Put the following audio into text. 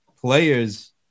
players